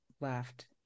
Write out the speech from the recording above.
left